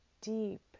deep